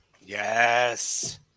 Yes